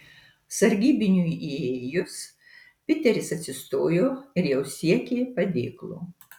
sargybiniui įėjus piteris atsistojo ir jau siekė padėklo